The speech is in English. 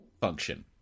function